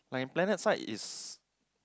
like in planet side is